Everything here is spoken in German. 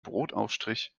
brotaufstrich